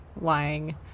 lying